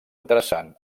interessant